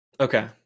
Okay